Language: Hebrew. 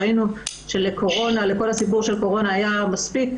ראינו שבסיפור של הקורונה היו מספיק